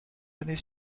années